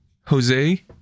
Jose